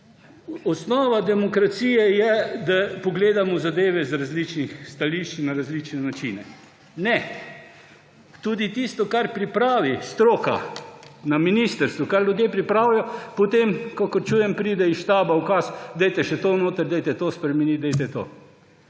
Osnova demokracije je, da pogledamo zadeve z različnih stališč in na različne načine. Ne. Tudi tisto kar pripravi stroka, na ministrstvu, kar ljudje pripravijo, potem, kakor čujem, pride iz štaba ukaz, da dajte še to noter, dajte to spremeniti, dajte to.